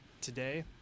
today